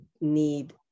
need